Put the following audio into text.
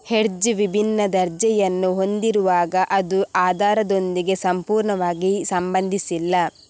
hedge ವಿಭಿನ್ನ ದರ್ಜೆಯನ್ನು ಹೊಂದಿರುವಾಗ ಅದು ಆಧಾರದೊಂದಿಗೆ ಸಂಪೂರ್ಣವಾಗಿ ಸಂಬಂಧಿಸಿಲ್ಲ